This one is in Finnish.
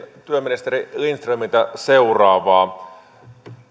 työministeri lindströmiltä seuraavaa